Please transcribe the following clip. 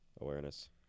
Awareness